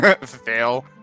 Fail